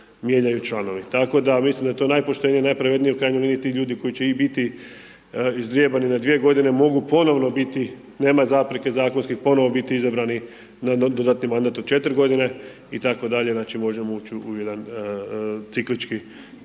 mijenjaju članovi. Tako da, mislim da je to najpoštenije i najpravednije, u krajnjoj liniji, ti ljudi koji će i biti ždrijebani na dvije godine, mogu ponovno biti, nema zapreke zakonske, ponovno biti izabrani, na dodatni mandat od 4 godine, itd. znači možemo ući u jedan ciklički,